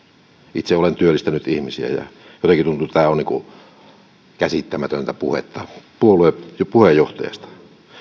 itse olen työllistänyt ihmisiä ja jotenkin tuntuu että tämä on käsittämätöntä puhetta puolueen puheenjohtajalta